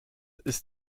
ist